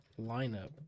Lineup